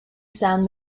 sound